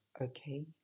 okay